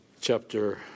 Chapter